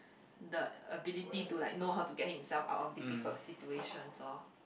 the ability to like know how to get himself out of difficult situations orh